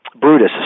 Brutus